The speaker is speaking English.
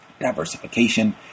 diversification